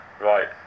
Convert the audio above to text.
right